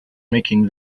making